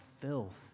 filth